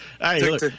Hey